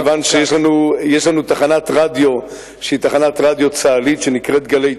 כיוון שיש לנו תחנת רדיו שהיא תחנת רדיו צה"לית שנקראת "גלי צה"ל",